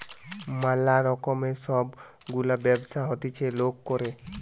ম্যালা রকমের সব গুলা ব্যবসা হতিছে লোক করে